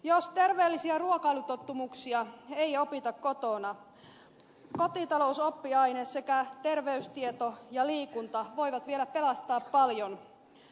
jos terveellisiä ruokailutottumuksia ei opita kotona kotitalousoppiaines sekä terveystieto ja liikunta voivat vielä pelastaa paljon koulussa